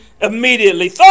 immediately